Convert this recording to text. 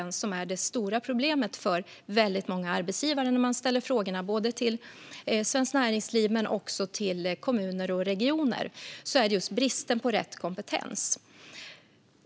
När man ställer frågorna både till Svenskt Näringsliv och till kommuner och regioner säger de att det är brist på rätt kompetens som är det stora problemet.